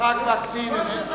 חבל שאתה מצטרף לכל פרובוקציה.